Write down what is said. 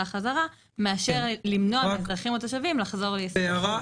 חזרה מאשר למנוע מאזרחים או תושבים מלחזור לישראל.